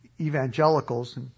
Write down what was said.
evangelicals